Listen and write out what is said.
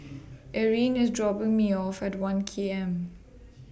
Irene IS dropping Me off At one K M